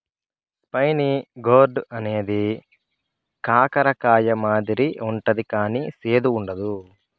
spiny gourd అనేది కాకర కాయ మాదిరి ఉంటది కానీ సేదు ఉండదు